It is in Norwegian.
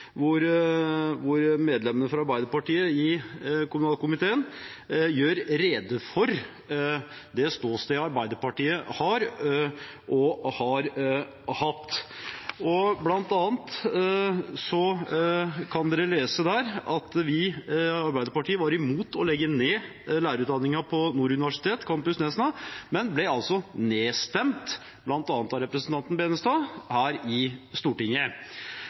hvor medlemmene i kommunal- og forvaltningskomiteen fra Arbeiderpartiet gjør rede for det ståstedet Arbeiderpartiet har og har hatt. Der kan man bl.a. lese at Arbeiderpartiet var imot å legge ned lærerutdanningen ved Nord universitet Campus Nesna, men vi ble nedstemt – bl.a. av representanten Tveiten Benestad – her i Stortinget.